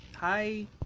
Hi